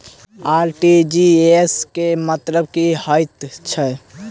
RTGS केँ मतलब की हएत छै?